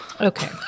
Okay